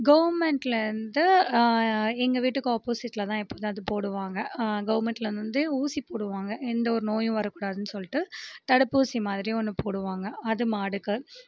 கவர்ன்மெண்ட்லிருந்து எங்கள் வீட்டுக்கு ஆப்போசிட்டில் தான் எப்போதும் அது போடுவாங்க கவர்ன்மெண்ட்லிருந்து வந்து ஊசி போடுவாங்க எந்த ஒரு நோயும் வரக் கூடாதுனு சொல்லிவிட்டு தடுப்பூசி மாதிரி ஒன்று போடுவாங்க அது மாடுக்கு